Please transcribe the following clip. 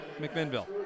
McMinnville